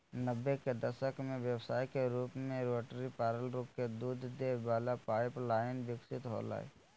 नब्बे के दशक में व्यवसाय के रूप में रोटरी पार्लर दूध दे वला पाइप लाइन विकसित होलय